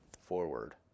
forward